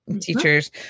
Teachers